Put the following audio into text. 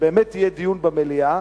שבאמת יהיה דיון במליאה,